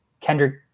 Kendrick